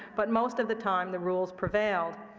but most of the time the rules prevailed.